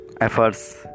efforts